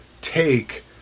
take